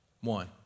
One